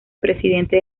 presidente